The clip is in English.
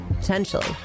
Potentially